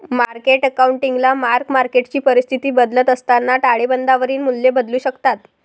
market अकाउंटिंगला mark मार्केटची परिस्थिती बदलत असताना ताळेबंदावरील मूल्ये बदलू शकतात